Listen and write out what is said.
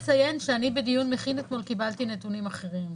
בדיון מכין אתמול קיבלתי נתונים אחרים,